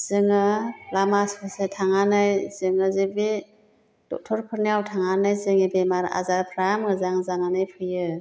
जोङो लामा ससे थांनानै जोङो जे बे डक्टरफोरनाव थांनानै जोंनि बेमार आजारफ्रा मोजां जानानै फैयो